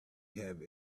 have